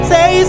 Say